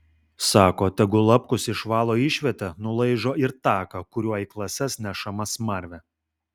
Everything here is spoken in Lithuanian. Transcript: sako tegu lapkus išvalo išvietę nulaižo ir taką kuriuo į klases nešama smarvė